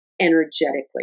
energetically